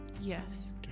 Yes